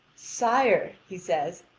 sire, he says,